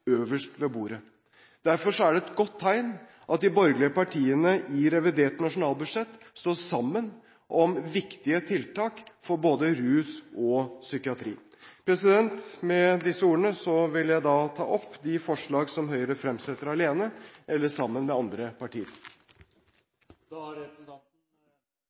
øverst ved bordet. Derfor er det et godt tegn at de borgerlige partiene i revidert nasjonalbudsjett står sammen om viktige tiltak når det gjelder både rus og psykiatri. Med disse ordene tar jeg opp de forslagene Høyre fremsetter alene eller sammen med andre partier. Representanten Jan Tore Sanner har